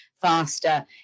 faster